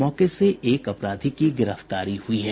मौके से एक अपराधी की गिरफ्तारी हुई है